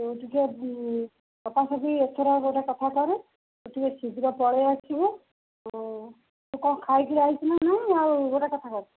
ସଫା ସଫି ଏଥର ଗୋଟେ କଥା କର ତୁ ଟିକେ ଶୀଘ୍ର ପଳାଇ ଆସିବୁ ତୁ କ'ଣ ଖାଇକରି ଆସିଛୁ ନା ଗୋଟେ କଥା କର